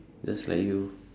just like you